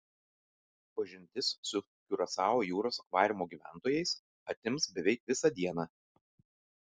pažintis su kiurasao jūros akvariumo gyventojais atims beveik visą dieną